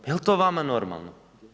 Je li to vama normalno?